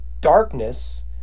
darkness